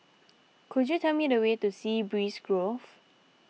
could you tell me the way to Sea Breeze Grove